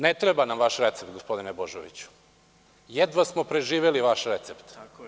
Ne treba nam vaš recept, gospodine Božoviću, jedva smo preživeli vaš recept.